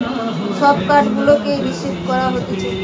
সব কার্ড গুলোকেই রিপ্লেস করা যাতিছে